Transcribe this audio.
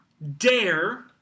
Dare